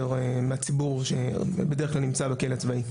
מהציבור שנמצא בדרך כלל בכלא הצבאי.